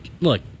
look